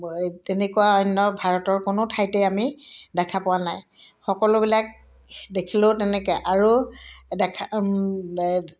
তেনেকুৱা অন্য ভাৰতৰ কোনো ঠাইতে আমি দেখা পোৱা নাই সকলোবিলাক দেখিলেও তেনেকৈ আৰু দেখা